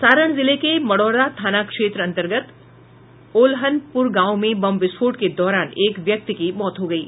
सारण जिले के मढ़ौरा थाना क्षेत्र अंतर्गत ओलहनपुर गांव में बम विस्फोट के दौरान एक व्यक्ति की मौत हो गयी